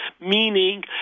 meaning